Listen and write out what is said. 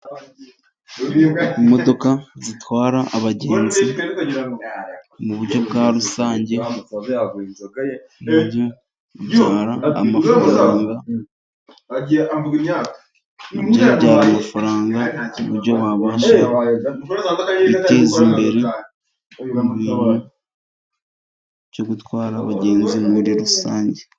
Imodoka zitwara abagenzi mu buryo bwa rusange, ku buryo bibyara amafaranga, na byo bibyara amafaranga ku buryo wabasha kwiteza imbere, mu bintu byo gutwara abagenzi muri rusange.